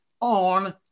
on